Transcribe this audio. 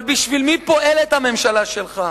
אבל בשביל מי פועלת הממשלה שלך,